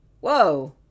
Whoa